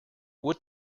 what